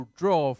draw